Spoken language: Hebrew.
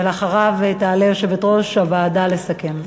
ואחריו תעלה יושבת-ראש הוועדה לסכם.